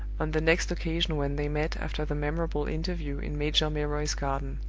on the next occasion when they met after the memorable interview in major milroy's garden